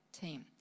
team